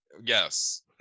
Yes